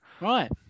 Right